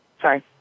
sorry